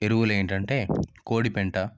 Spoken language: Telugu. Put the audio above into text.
ఎరువులేంటంటే కోడిపెంట